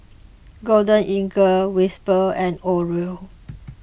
Golden Eagle Whisper and Oreo